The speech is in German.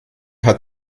hat